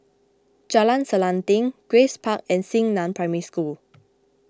Jalan Selanting Grace Park and Xingnan Primary School